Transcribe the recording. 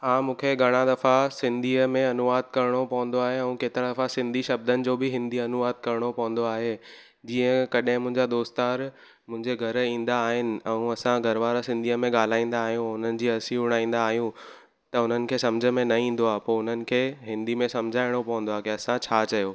हा मूंखे घणा दफ़ा सिंधीअ में अनुवाद करिणो पवंदो आहे ऐं केतिरा दफ़ा सिंधी शब्दनि जो बि हिंदी अनुवाद करिणो पवंदो आहे जीअं कॾहिं मुंहिंजा दोस्तार मुंहिंजे घरु ईंदा आहिनि ऐं असां घरु वारा सिंधीअ में ॻाल्हाईंदा आहियूं उन्हनि जी हसी उड़ाईंदा आहियूं त उन्हनि खे सम्झ में न ईंदो आहे पोइ उन्हनि खे हिंदी में सम्झाइणो पवंदो आहे की असां छा चयो